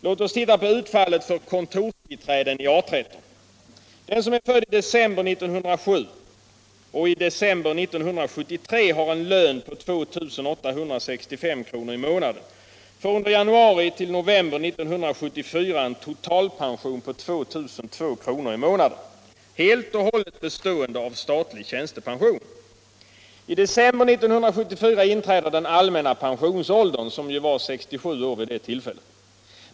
Låt oss titta på utfallet för kontorsbiträden i A 13. Den som är född i december 1907 och i december 1973 har en lön på 2865 kr. i månaden får under januari-november 1974 en totalpension på 2002 kr. i månaden — helt och hållet bestående av statlig tjänstepension. I december 1974 inträder den allmänna pensionsåldern, som ju var 67 år vid det tillfället.